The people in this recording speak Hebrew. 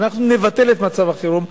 אנחנו נבטל את מצב חירום.